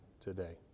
today